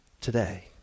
today